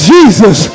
Jesus